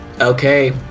Okay